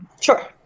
Sure